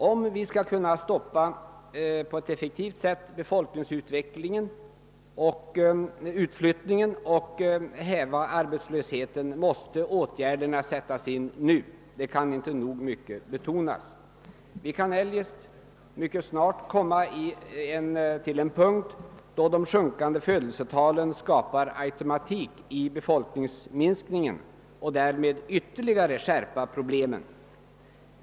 Om vi effektivt skall kunna stoppa befolkningsutflyttningen och häva arbetslösheten måste åtgärderna sättas in nu — det kan inte nog betonas. Vi kan eljest mycket snart komma till en punkt då de sjunkande födelsetalen skapar automatik i befolkningsminskningen och därmed ytterligare skärper problemen.